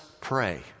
pray